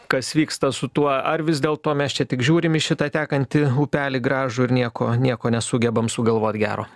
kas vyksta su tuo ar vis dėlto mes čia tik žiūrim į šitą tekantį upelį gražų nieko nieko nesugebam sugalvot gero